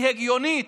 היא הגיונית.